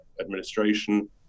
administration